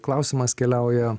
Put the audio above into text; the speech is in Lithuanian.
klausimas keliauja